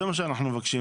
זה מה שאנחנו מבקשים,